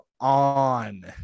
on